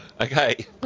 okay